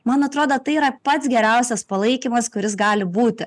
man atrodo tai yra pats geriausias palaikymas kuris gali būti